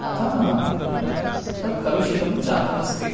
अतः तत् कलुषितं जातम् अस्ति